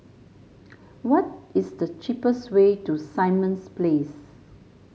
what is the cheapest way to Simon Place